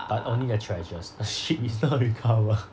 but only the treasures the ship is not recovered